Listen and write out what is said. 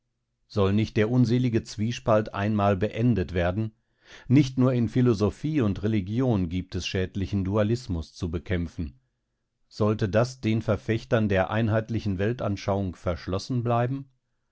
soll nicht der unselige zwiespalt einmal beendet werden nicht nur in philosophie und religion gibt es schädlichen dualismus zu bekämpfen sollte das den verfechtern der einheitlichen weltanschauung verschlossen bleiben